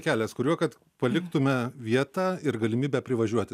kelias kuriuo kad paliktume vietą ir galimybę privažiuoti